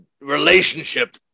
relationship